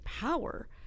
power